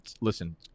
listen